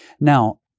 Now